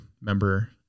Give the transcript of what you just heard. member